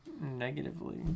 negatively